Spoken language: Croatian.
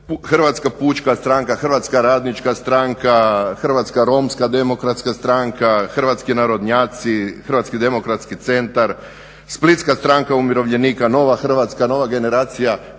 Hrvatska pučka stranka, Hrvatska radnička stranka, Hrvatska romska demokratska stranka, Hrvatski narodnjaci, Hrvatski demokratski centar, Splitska stranka umirovljenika, Nova Hrvatska, Nova generacija